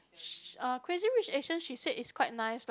sh~ uh Crazy Rich Asians she said it's quite nice like